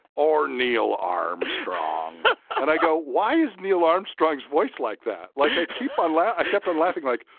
or neil armstrong and i go, why is neil armstrong's voice like that? like, i keep on yeah i kept on laughing, like,